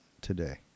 today